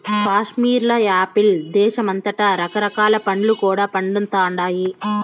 కాశ్మీర్ల యాపిల్ దేశమంతటా రకరకాల పండ్లు కూడా పండతండాయి